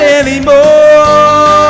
anymore